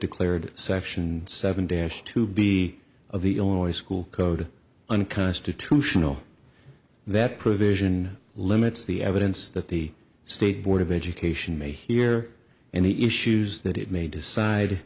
declared section seven dash to be of the only school code unconstitutional that provision limits the evidence that the state board of education may hear and the issues that it may decide